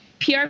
PR